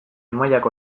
mailako